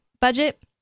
budget